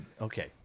Okay